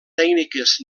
tècniques